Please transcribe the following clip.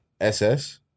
S-S